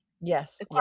Yes